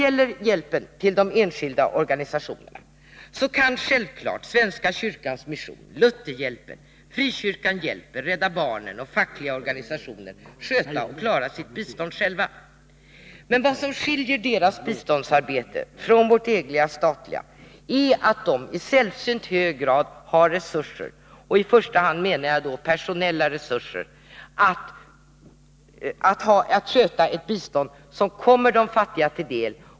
Självfallet kan Svenska kyrkans mission, Lutherhjälpen, Frikyrkan hjälper, Rädda barnen och fackliga organisationer själva sköta sitt bistånd till de enskilda organisationerna. Men vad som skiljer dem och deras arbete från vårt statliga biståndsarbete är att de i sällsynt hög grad främst har personella resurser med vars hjälp biståndet kommer de fattiga till del.